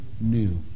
new